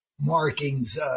Markings